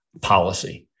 policy